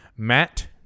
matt